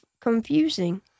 confusing